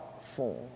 form